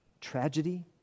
tragedy